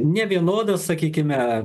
nevienodos sakykime